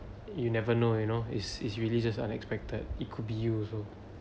you never know you know it's it's really just unexpected it could be you also